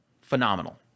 phenomenal